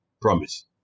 promise